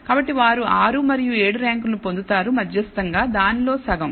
కాబట్టి వారు 6 మరియు 7 ర్యాంకులను పొందుతారు మధ్యస్తంగా దానిలో సగం